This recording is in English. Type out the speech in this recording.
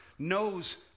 knows